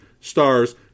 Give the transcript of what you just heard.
stars